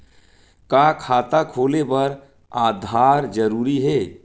का खाता खोले बर आधार जरूरी हे?